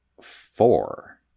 four